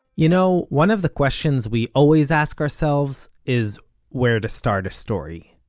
you know, one of the questions we always ask ourselves is where to start a story.